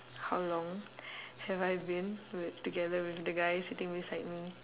how long have I been wi~ together with the guy sitting beside me